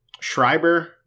Schreiber